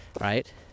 Right